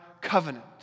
covenant